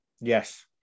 yes